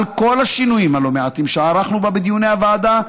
על כל השינויים הלא-מעטים שערכנו בה בדיוני הוועדה,